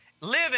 living